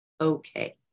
okay